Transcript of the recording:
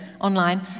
online